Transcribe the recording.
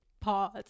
Pause